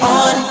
on